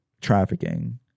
trafficking